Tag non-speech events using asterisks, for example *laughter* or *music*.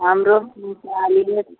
हमरो *unintelligible*